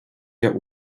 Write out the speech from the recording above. der